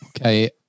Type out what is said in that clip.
Okay